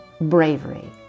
bravery